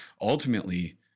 Ultimately